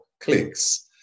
clicks